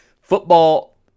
football